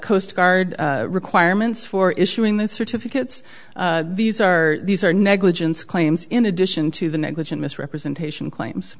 coast guard requirements for issuing the certificates these are these are negligence claims in addition to the negligent misrepresentation claims